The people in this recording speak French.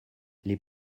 les